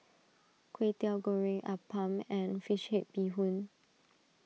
Kwetiau Goreng Appam and Fish Head Bee Hoon